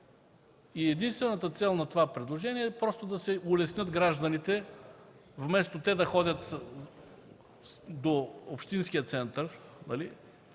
Единствената цел на това предложение е да се улеснят гражданите. Вместо да ходят до общинския център и